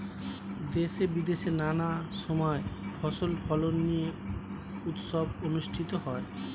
দেশে বিদেশে নানা সময় ফসল ফলন নিয়ে উৎসব অনুষ্ঠিত হয়